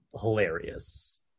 hilarious